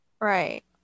Right